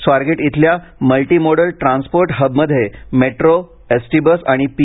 स्वारगेट इथल्या multi modal transport हबमध्ये metro S T bus आणि पी